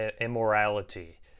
immorality